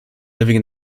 living